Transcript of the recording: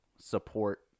support